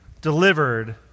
delivered